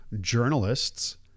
journalists